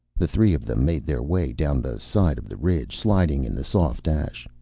the three of them made their way down the side of the ridge, sliding in the soft ash.